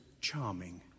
charming